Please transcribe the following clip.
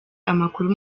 amakuru